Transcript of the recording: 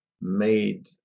made